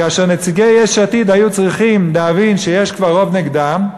כאשר נציגי יש עתיד היו צריכים להבין שיש כבר רוב נגדם,